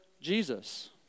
Jesus